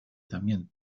también